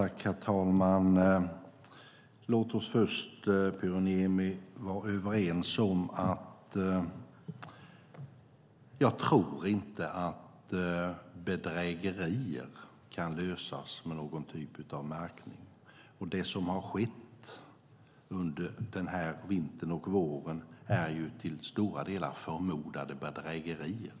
Herr talman! Låt oss först, Pyry Niemi, vara överens om att bedrägerier inte kan lösas med någon typ av märkning, och det som har skett under den här vintern och våren är till stora delar förmodade bedrägerier.